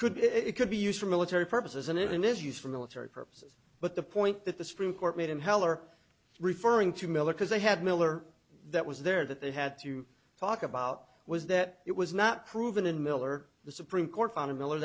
could be it could be used for military purposes and it is used for military purposes but the point that the supreme court made in heller referring to miller because they had miller that was there that they had to talk about was that it was not proven in miller the supreme court found in miller